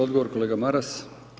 Odgovor kolega Maras.